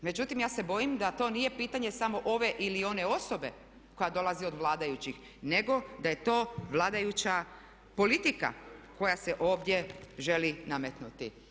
Međutim, ja se bojim da to nije pitanje samo ove ili one osobe koja dolazi od vladajućih nego da je to vladajuća politika koja se ovdje želi nametnuti.